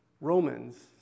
Romans